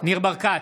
ניר ברקת,